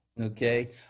okay